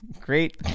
Great